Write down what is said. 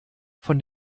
von